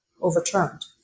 overturned